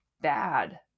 bad